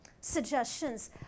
suggestions